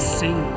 sing